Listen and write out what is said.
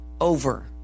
over